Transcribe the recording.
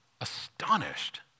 astonished